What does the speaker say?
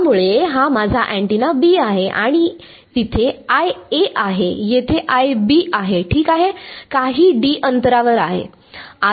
त्यामुळे हा माझा अँटिना B आहे आणि तिथेआहे येथे आहे ठीक आहे काही d अंतरावर आहे